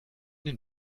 den